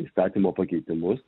įstatymo pakeitimus